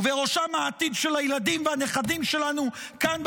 ובראשם העתיד של הילדים והנכדים שלנו כאן,